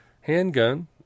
handgun